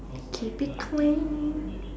keep it clean